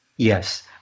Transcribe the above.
Yes